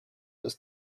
was